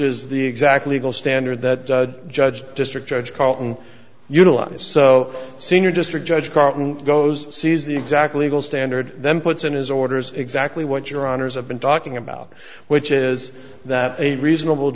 is the exact legal standard that judge district judge carlton utilize so senior district judge carlton goes sees the exact legal standard then puts in his orders exactly what your honour's have been talking about which is that a reasonable